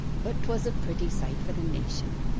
but twas a pretty sight for the nation.